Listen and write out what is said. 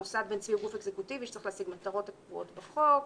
מוסד בן-צבי הוא גוף אקזקוטיבי שצריך להשיג מטרות הקבועות בחוק.